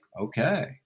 okay